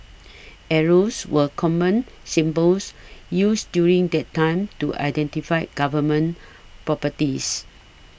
arrows were common symbols used during that time to identify Government properties